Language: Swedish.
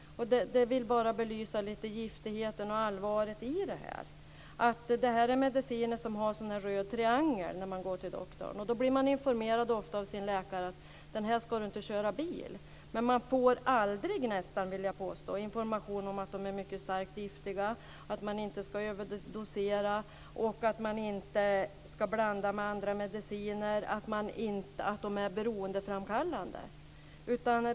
Med det vill jag bara något belysa giftigheten och allvaret i det här. Det här är mediciner som har sådan där röd triangel när man går till doktorn. Då blir man ofta informerad av sin läkare om att med den här ska du inte köra bil. Men man får nästan aldrig, vill jag påstå, information om att de är mycket starkt giftiga, om att man inte ska överdosera, om att man inte ska blanda med andra mediciner och om att de är beroendeframkallande.